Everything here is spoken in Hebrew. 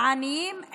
לעניים,